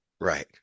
Right